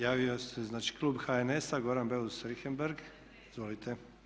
Javili su se znači klub HNS-a Goran Beus Richembergh, izvolite.